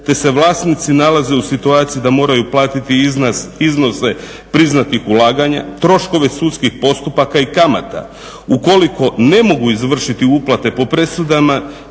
te se vlasnici nalaze u situaciji da moraju platiti iznose priznatih ulaganja, troškove sudskih postupaka i kamata, ukoliko ne mogu izvršiti uplate po presudama